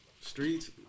streets